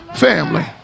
family